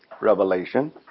Revelation